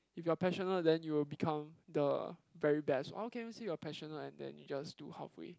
if you are passionate then you will become the very best how can you say you are passionate and then you just do halfway